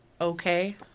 Okay